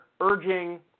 urging